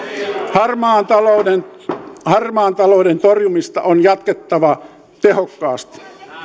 harmaan talouden harmaan talouden torjumista on jatkettava tehokkaasti